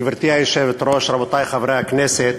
גברתי היושבת-ראש, רבותי חברי הכנסת,